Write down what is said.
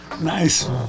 Nice